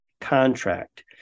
contract